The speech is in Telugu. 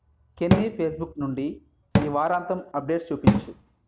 కెన్నీ ఫేస్బుక్ నుండి ఈ వారాంతం అప్డేట్స్ చూపించు